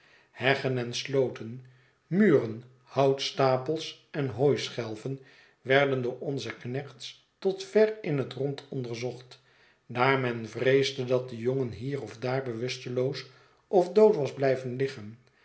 heggen en slooten muren houtstapels en hooischelven werden door onze knechts tot ver in het rond onderzocht daar men vreesde dat de jongen hier of daar bewusteloos of dood was blijven liggen